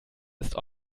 ist